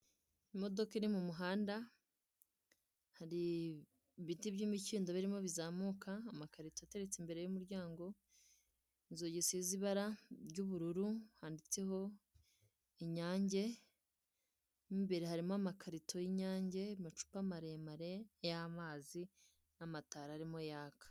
Imodoka iri mu muhanda, hari ibiti by'imikindo birimo bizamuka, amakarito ateretse imbere y'umuryango, inzugi isize ibara y'ubururu handitseho Inyange, mo imbere harimo amakarito y'inyange, amacupa maremare y'amazi, n'amatara arimo yaka.